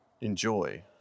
enjoy